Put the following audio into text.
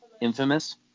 Infamous